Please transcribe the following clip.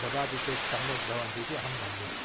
ददति चेत् सम्यक् भवन्ति इति अहं मन्ये